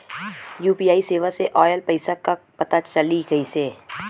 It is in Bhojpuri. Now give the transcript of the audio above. यू.पी.आई सेवा से ऑयल पैसा क पता कइसे चली?